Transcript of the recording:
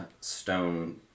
stone